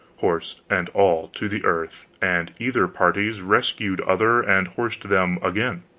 horse and all, to the earth, and either parties rescued other and horsed them again.